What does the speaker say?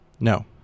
No